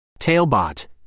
Tailbot